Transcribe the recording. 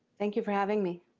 thank you for having me.